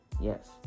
yes